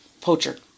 poacher